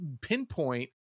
pinpoint